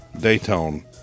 Dayton